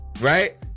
Right